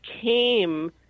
came